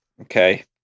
Okay